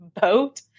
boat